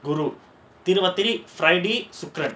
Guru Thiruvathirai thiruvathirai friday secret